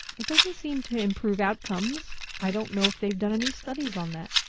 it doesn't seem to improve outcomes. i don't know if they've done any studies on that.